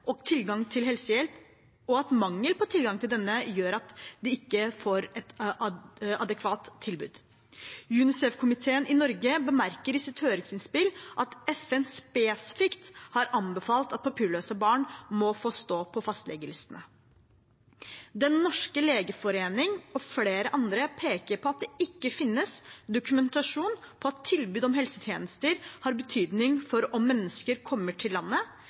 og tilgang til helsehjelp, og at mangel på tilgang til denne gjør at man ikke får et adekvat tilbud. Unicef-komiteen i Norge bemerker i sitt høringsinnspill at FN spesifikt har anbefalt at papirløse barn må få stå på fastlegelistene. Den norske legeforening og flere andre peker på at det ikke finnes dokumentasjon på at tilbud om helsetjenester har betydning for om mennesker kommer til landet,